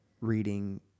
reading